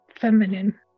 feminine